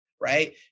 right